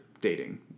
dating